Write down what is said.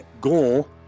goal